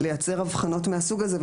לייצר אבחנות מהסוג הזה,